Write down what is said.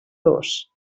dos